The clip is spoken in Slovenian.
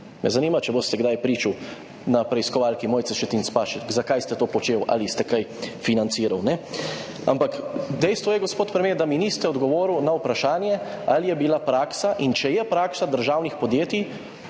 Me zanima, če boste kdaj pričali na preiskovalki Mojce Šetinc Pašek, zakaj ste to počeli, ali ste kaj financirali, ne? Ampak dejstvo je, gospod premier, da mi niste odgovorili na vprašanje: Ali je bila praksa in ali je praksa državnih podjetij